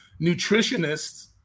nutritionists